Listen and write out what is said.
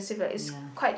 ya